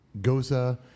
gosa